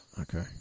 Okay